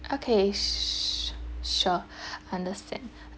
okay su~ sure understand